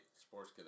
Sports